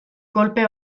kolpe